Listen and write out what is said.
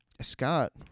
Scott